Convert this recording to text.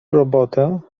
robotę